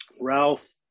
Ralph